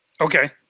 okay